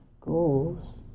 goals